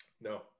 no